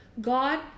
God